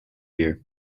year